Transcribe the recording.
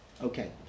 Okay